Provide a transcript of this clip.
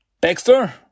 Baxter